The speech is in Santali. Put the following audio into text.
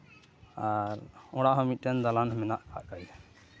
ᱟᱨ ᱚᱲᱟᱜ ᱦᱚᱸ ᱢᱤᱫᱴᱮᱱ ᱫᱟᱞᱟᱱ ᱢᱮᱱᱟᱜ ᱠᱟᱜ ᱜᱮᱭᱟ